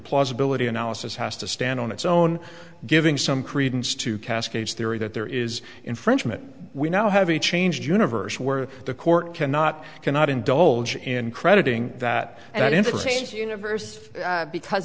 plausibility analysis has to stand on its own giving some credence to cascades theory that there is infringement we now have a changed universe where the court cannot cannot indulge in crediting that and that in the case universe because